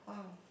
!wow!